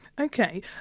Okay